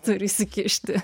turi įsikišti